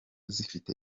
zifite